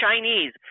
Chinese